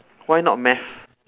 why not math